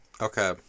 Okay